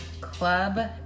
club